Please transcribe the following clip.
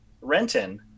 Renton